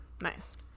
Nice